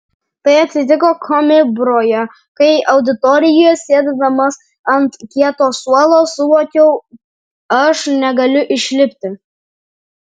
tai atsitiko koimbroje kai auditorijoje sėdėdamas ant kieto suolo suvokiau aš negaliu išlipti